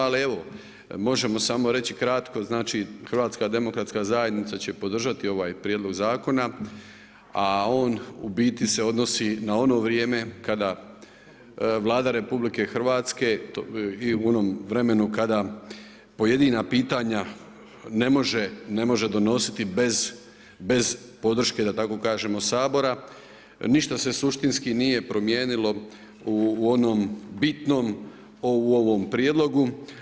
Ali evo, možemo samo reći kratko, znači HDZ će podržati ovaj prijedlog zakona a on u biti se odnosi na ono vrijeme kada Vlada RH i u onom vremenu kada pojedina pitanja ne može donositi bez podrške da tako kažemo Sabora, ništa se suštinski nije promijenilo u onom bitnom o u ovom prijedlogu.